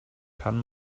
kann